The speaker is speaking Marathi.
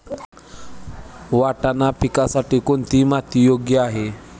वाटाणा पिकासाठी कोणती माती योग्य आहे?